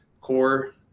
core